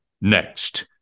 next